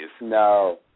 No